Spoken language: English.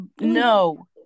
No